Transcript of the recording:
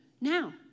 Now